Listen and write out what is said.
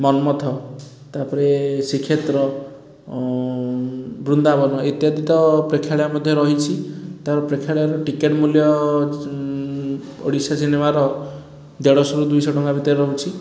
ମନ୍ମଥ ତା'ପରେ ଶ୍ରୀକ୍ଷେତ୍ର ବୃନ୍ଦାବନ ଇତ୍ୟାଦି ତ ପ୍ରେକ୍ଷାଳୟ ମଧ୍ୟ ରହିଛି ତେଣୁ ପ୍ରେକ୍ଷାଳୟର ଟିକେଟ୍ ମୂଲ୍ୟ ଓଡ଼ିଶା ସିନେମାର ଦେଢ଼ଶହରୁ ଦୁଇଶହ ଟଙ୍କା ଭିତରେ ରହୁଛି